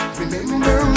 remember